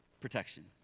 protection